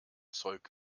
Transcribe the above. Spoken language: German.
zeug